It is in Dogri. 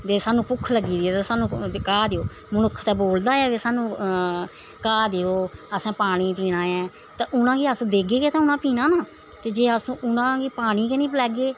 ते सानूं भुक्ख लग्गी दी ऐ ते सानूं घाह् देओ मनुक्ख ते बोलदा ऐ सानू घाह् देओ असें पानी पीना ऐ ते उनां गी अस देगे ते उ'नें पीना ना ते जे अस उ'नेंगी पानी गै नी पलैगे